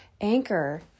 Anchor